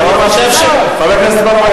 ועם המציאות הזאת הממשלה הזאת היתה צריכה להתמודד,